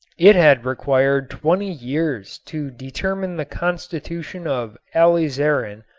it had required twenty years to determine the constitution of alizarin,